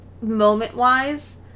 moment-wise